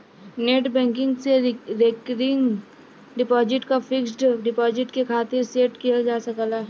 net banking से recurring deposit क fixed deposit के खातिर सेट किहल जा सकला